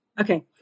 Okay